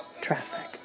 traffic